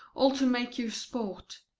all to make you sport.